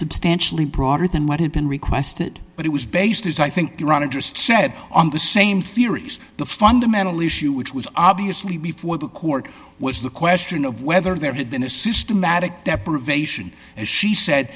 substantially broader than what had been requested but it was based as i think your own interest said on the same theories the fundamental issue which was obviously before the court was the question of whether there had been a systematic deprivation as she said